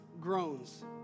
groans